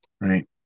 right